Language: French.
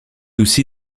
aussi